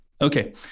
Okay